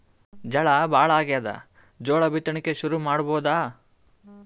ಝಳಾ ಭಾಳಾಗ್ಯಾದ, ಜೋಳ ಬಿತ್ತಣಿಕಿ ಶುರು ಮಾಡಬೋದ?